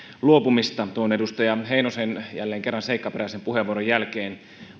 luopumista tuon edustaja heinosen jälleen kerran seikkaperäisen puheenvuoron jälkeen